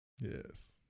yes